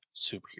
superhero